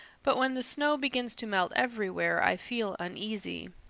but when the snow begins to melt everywhere i feel uneasy.